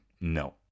no